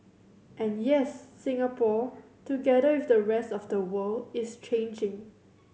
and yes Singapore together with the rest of the world is changing